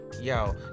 yo